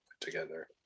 together